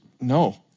No